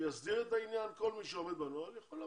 שיסדיר את העניין, כל מי שעומד בנוהל יכול לבוא.